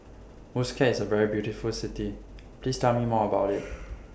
Muscat IS A very beautiful City Please Tell Me More about IT